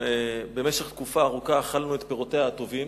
במשך תקופה ארוכה אכלנו את פירותיה הטובים,